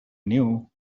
knew